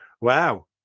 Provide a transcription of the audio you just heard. Wow